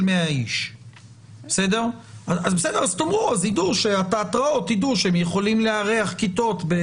מאה אנשים - אז תאמרו ואז התיאטראות ידעו שהם יכולים לארח כיתות.